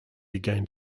gained